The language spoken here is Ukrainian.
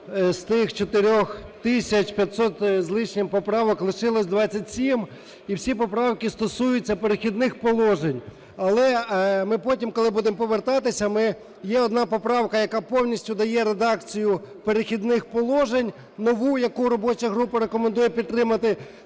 з тих 4 тисяч 500 з лишнім поправок лишилося 27 і всі поправки стосуються "Перехідних положень". Але ми потім, коли будемо повертатися, є одна поправка, яка повністю дає редакцію "Перехідних положень" нову, яку робоча група рекомендує підтримати.